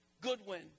Goodwin